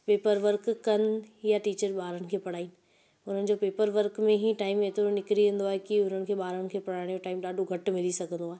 paperwork कनि या teacher ॿारनि खे पढ़ाइनि हुननि जो पेपरवर्क में ई टाइम हेतिरो निकिरी वेंदो आहे की हुननि खे ॿार खे पढ़ाइण जो टाइम ॾाढो घटि मिली सघंदो आहे